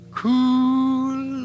cool